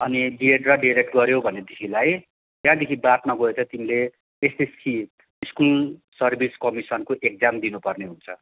अनि बिएड र डिएलएड गऱ्यौ भनेदेखिलाई त्यहाँदेखि बादमा गएर चाहिँ तिमीले एसएससी स्कुल सर्विस कमिसनको इक्जाम दिनु पर्ने हुन्छ